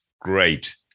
great